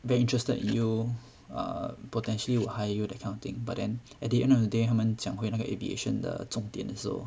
very interested in you err potentially will hire you that kind of thing but then at the end of the day 他们讲回那个 aviation 的重点的时候